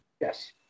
Yes